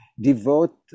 devote